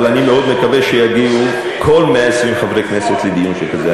אבל אני מאוד מקווה שיגיעו כל 120 חברי הכנסת לדיון שכזה.